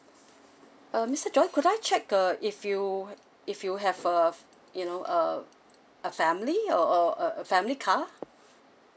uh mister john could I check uh if you if you have a you know a a family or or a a family car